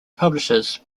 publishes